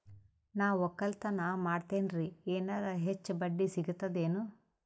ನಾ ಒಕ್ಕಲತನ ಮಾಡತೆನ್ರಿ ಎನೆರ ಹೆಚ್ಚ ಬಡ್ಡಿ ಸಿಗತದೇನು?